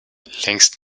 längst